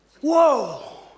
Whoa